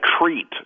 treat